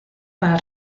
para